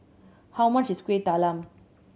how much is Kuih Talam